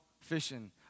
fishing